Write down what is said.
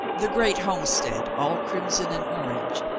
the great homestead, all crimson and orange,